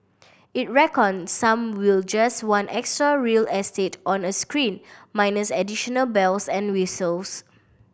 it reckon some will just want extra real estate on a screen minus additional bells and whistles